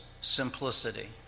simplicity